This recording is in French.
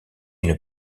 une